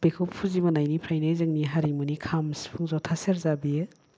बेखौ फुजिबोनायनिफ्रायनो जोंनि हारिमुनि खाम सिफुं ज'था सेरजा बियो